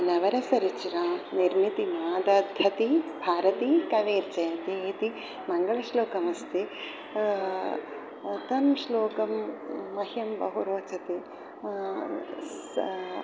नवरसरुचिरां निर्मितिमादाद्भति भारती कवेर्जयति इति मङ्गलश्लोकः अस्ति तं श्लोकं मह्यं बहुरोचते सः